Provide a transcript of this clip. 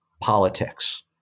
politics